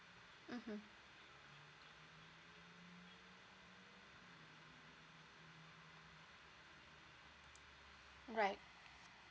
mmhmm right